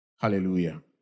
Hallelujah